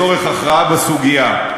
לצורך הכרעה בסוגיה.